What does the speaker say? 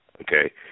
Okay